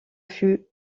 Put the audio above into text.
fut